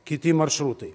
kiti maršrutai